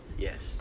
Yes